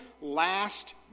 last